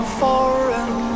foreign